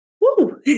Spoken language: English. Woo